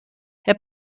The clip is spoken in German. herr